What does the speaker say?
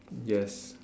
yes